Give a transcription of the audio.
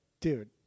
dude